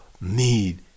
need